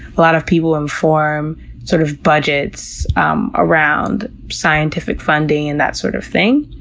a lot of people inform sort of budgets um around scientific funding and that sort of thing.